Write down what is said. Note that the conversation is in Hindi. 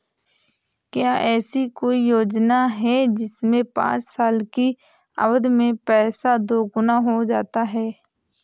क्या ऐसी कोई योजना है जिसमें पाँच साल की अवधि में पैसा दोगुना हो जाता है?